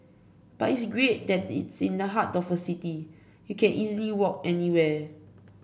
but it's great that it's in the heart of the city you can easily walk anywhere